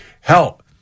Help